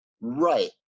right